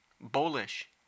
Bullish